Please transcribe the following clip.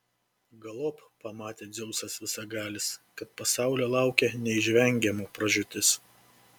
galop pamatė dzeusas visagalis kad pasaulio laukia neišvengiama pražūtis